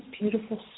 beautiful